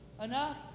enough